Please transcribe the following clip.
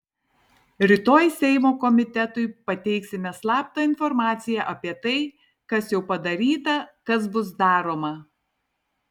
rytoj seimo komitetui pateiksime slaptą informaciją apie tai kas jau padaryta kas bus daroma